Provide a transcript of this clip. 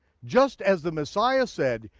just as the messiah said,